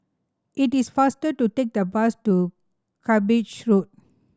it is faster to take the bus to Cuppage Road